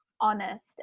honest